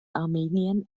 armenien